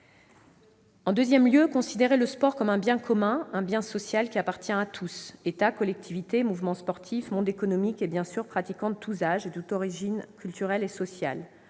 ensuite considérer le sport comme un bien commun, un bien social qui appartient à tous, État, collectivités, mouvement sportif, monde économique et, bien sûr, pratiquants de tout âge et de toute origine culturelle et sociale.